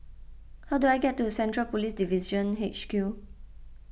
how do I get to Central Police Division H Q